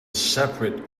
separate